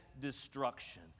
destruction